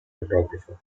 photographer